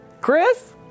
Chris